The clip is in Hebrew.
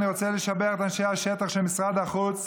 אני רוצה לשבח את אנשי השטח של משרד החוץ.